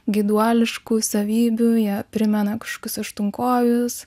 gyduoliškų savybių jie primena kažkokius aštuonkojus